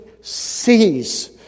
sees